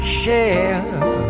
share